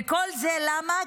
וכל זה למה?